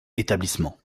établissement